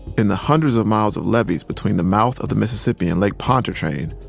in the hundreds of miles of levees between the mouth of the mississippi and lake pontchartrain,